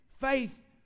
faith